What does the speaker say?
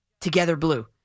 TogetherBlue